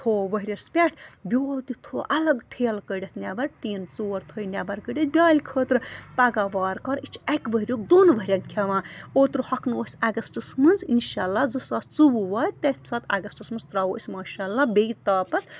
تھوٚو ؤریس پٮ۪ٹھ بیول تہِ تھوٚو الگ ٹھیلہٕ کٔڑِتھ نٮ۪بر ٹیٖن ژور تھٲے نٮ۪بر کٔڑِتھ بیٛالہِ خٲطرٕ پگاہ وارٕ کار یہِ چھِ اَکہِ ؤری یُک دۄن ؤریَن کھٮ۪وان اوترٕ ہۄٚکھنو أسۍ اگسٹَس منٛز انشاء اللہ زٕ ساس ژوٚوُہ واتہِ تمہِ ساتہٕ اگسٹس منٛز ترٛاوو أسۍ ماشاء اللہ بیٚیہِ تاپس